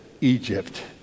Egypt